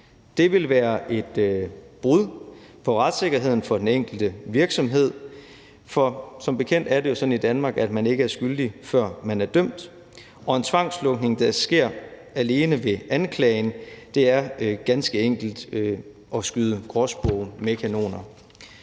det vil være et brud på retssikkerheden for den enkelte virksomhed, for som bekendt er det jo sådan i Danmark, at man ikke er skyldig, før man er dømt, og en tvangslukning, der sker alene ved anklagen, er ganske enkelt at skyde gråspurve med kanoner.